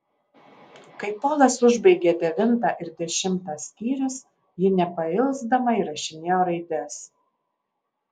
kai polas užbaigė devintą ir dešimtą skyrius ji nepailsdama įrašinėjo raides